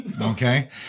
okay